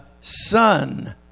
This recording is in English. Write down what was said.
Son